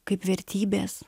kaip vertybės